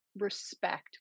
respect